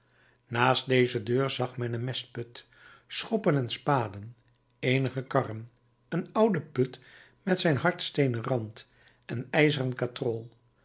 naast deze deur zag men een mestput schoppen en spaden eenige karren een oude put met zijn hardsteenen rand en ijzeren katrol